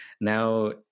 Now